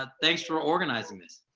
ah thanks for organizing this.